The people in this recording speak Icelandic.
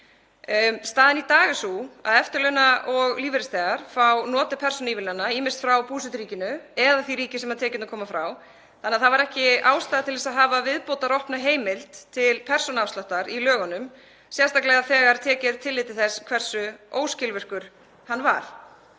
Staðan í dag er sú að eftirlauna- og lífeyrisþegar fá notið persónuívilnana, ýmist frá búseturíkinu eða því ríki sem tekjurnar koma frá þannig að það væri ekki ástæða til að hafa opna viðbótarheimild til persónuafsláttar í lögunum, sérstaklega þegar tekið er tillit til þess hversu óskilvirkur hann var.